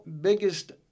biggest